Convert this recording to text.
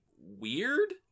weird